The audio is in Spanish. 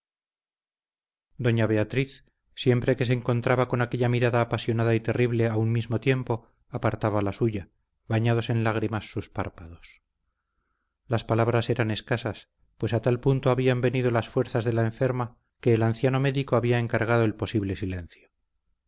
doña beatriz siempre que se encontraba con aquella mirada apasionada y terrible a un mismo tiempo apartaba la suya bañados en lágrimas sus párpados las palabras eran escasas pues a tal punto habían venido las fuerzas de la enferma que el anciano médico había encargado el posible silencio